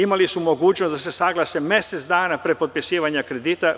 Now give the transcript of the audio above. Imali su mogućnost da se saglase mesec dana pre potpisivanja kredita.